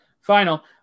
final